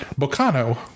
Bocano